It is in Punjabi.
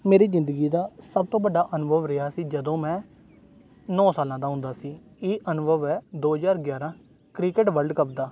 ਮੇਰੀ ਜ਼ਿੰਦਗੀ ਦਾ ਸਭ ਤੋਂ ਵੱਡਾ ਅਨੁਭਵ ਰਿਹਾ ਸੀ ਜਦੋਂ ਮੈਂ ਨੌ ਸਾਲਾਂ ਦਾ ਹੁੰਦਾ ਸੀ ਇਹ ਅਨੁਭਵ ਹੈ ਦੋ ਹਜ਼ਾਰ ਗਿਆਰਾਂ ਕ੍ਰਿਕਟ ਵਰਲਡ ਕੱਪ ਦਾ